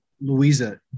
louisa